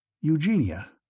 Eugenia